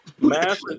Mass